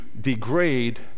degrade